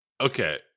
okay